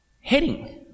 heading